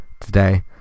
today